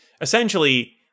Essentially